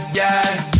yes